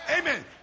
Amen